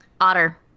Otter